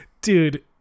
dude